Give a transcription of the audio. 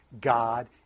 God